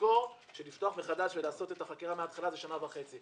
תזכור שלפתוח מחדש ולעשות את החקירה מהתחלה זה שנה וחצי,